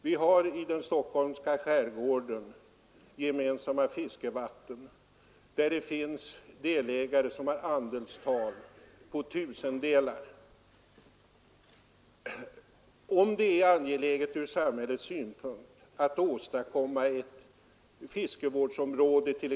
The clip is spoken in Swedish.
Vi har i den stockholmska skärgården gemensamma fiskevatten med delägare som har andelstal på tusendelar. Vi tänker oss att det är angeläget ur samhällets synpunkt att åstadkomma ett fiskevårdsområde här.